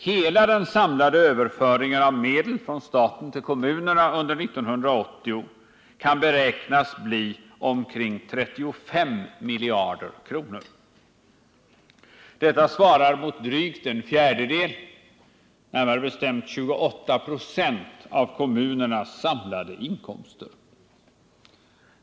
Hela den samlade överföringen av medel från staten till kommunerna under 1980 kan beräknas bli omkring 35 miljarder kronor. Detta svarar mot drygt en fjärdedel, närmare bestämt 28 96, av kommunernas samlade inkomster.